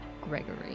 Gregory